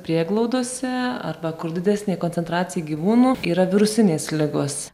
prieglaudose arba kur didesnė koncentracija gyvūnų yra virusinės ligos